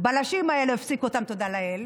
הבלשים האלה, הפסיקו אותם, תודה לאל.